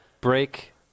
break